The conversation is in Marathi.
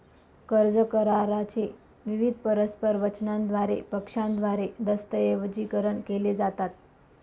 कर्ज करारा चे विविध परस्पर वचनांद्वारे पक्षांद्वारे दस्तऐवजीकरण केले जातात